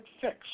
fix